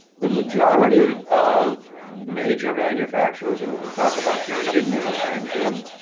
the majority of major manufacturers and when we talk about hearing aid manufacturers,